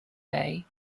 bay